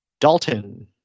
Dalton